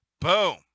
Boom